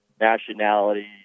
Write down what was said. nationality